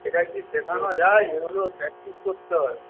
এটা কি শেখানো যায় এগুলো প্র্যাক্টিস করতে হয়